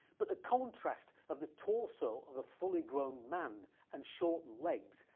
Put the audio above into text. but the contrast of the torso of a fully grown man and shortened legs,